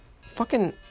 Fucking-